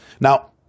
Now